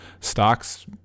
stocks